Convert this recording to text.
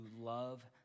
love